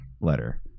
letter